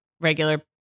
regular